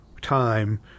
time